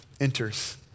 enters